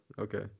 okay